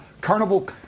Carnival